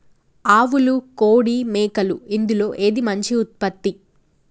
ఆవులు కోడి మేకలు ఇందులో ఏది మంచి ఉత్పత్తి?